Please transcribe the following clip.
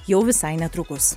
jau visai netrukus